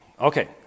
Okay